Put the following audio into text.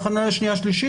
בהכנה לקריאה שנייה ושלישית?